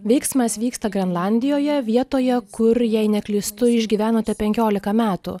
veiksmas vyksta grenlandijoje vietoje kur jei neklystu išgyvenote penkiolika metų